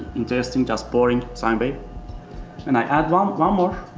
interesting, just boring sine wave and i add one um ah more,